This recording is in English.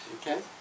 okay